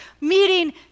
meeting